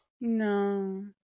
no